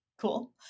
Cool